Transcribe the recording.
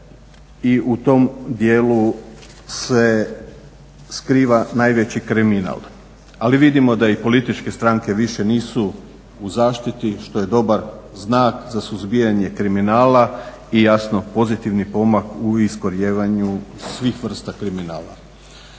i u tom dijelu se skriva najveći kriminal. Ali vidimo da i političke stranke više nisu u zaštiti što je dobar znak za suzbijanje kriminala i jasno pozitivni pomak u iskorjenjivanju svih vrsta kriminala.